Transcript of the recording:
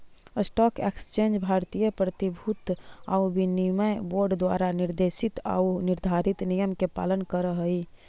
stock exchange भारतीय प्रतिभूति आउ विनिमय बोर्ड द्वारा निर्देशित आऊ निर्धारित नियम के पालन करऽ हइ